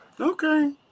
Okay